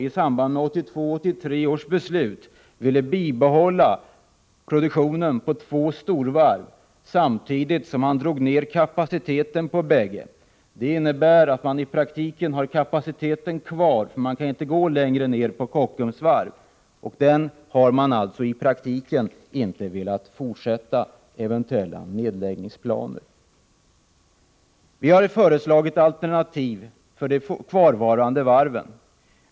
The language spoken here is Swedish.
I samband med 1982/83 års beslut ville Roine Carlsson bibehålla produktionen på två storvarv samtidigt som kapaciteten drogs ner på bägge. Det innebär att man i praktiken har kapaciteten kvar, för man kan inte sänka den mer på Kockums varv. Man har alltså inte velat gå vidare med eventuella nedläggningsplaner. Vi har lagt fram alternativ i fråga om de kvarvarande varven.